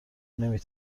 نمی